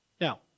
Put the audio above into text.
Now